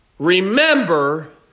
remember